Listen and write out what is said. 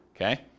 Okay